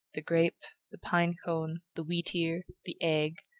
the grape, the pine-cone, the wheat-ear, the egg,